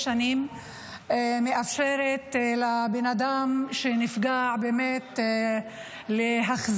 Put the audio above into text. מאפשרת לבן אדם שנפגע להחזיר,